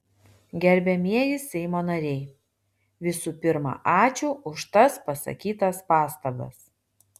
gerbiamieji seimo nariai visų pirma ačiū už tas pasakytas pastabas